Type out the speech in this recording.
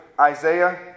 Isaiah